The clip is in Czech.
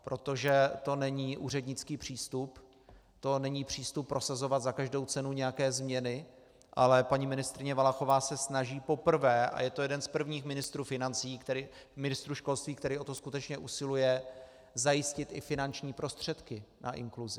Protože to není úřednický přístup, to není přístup prosazovat za každou cenu nějaké změny, ale paní ministryně Valachová se snaží poprvé a je to jeden z prvních ministrů školství, který o to skutečně usiluje zajistit i finanční prostředky na inkluzi.